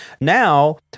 now